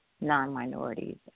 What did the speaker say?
non-minorities